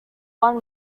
one